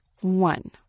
One